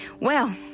Well